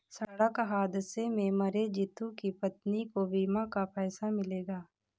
सड़क हादसे में मरे जितू की पत्नी को बीमा का पैसा मिलेगा